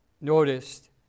Noticed